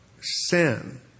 sin